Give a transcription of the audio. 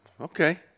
Okay